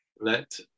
let